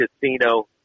casino